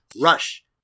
Rush